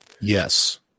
Yes